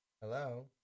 hello